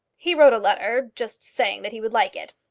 he wrote a letter, just saying that he would like it.